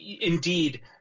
indeed